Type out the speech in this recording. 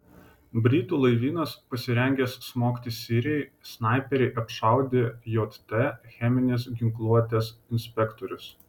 britų laivynas pasirengęs smogti sirijai snaiperiai apšaudė jt cheminės ginkluotės inspektorius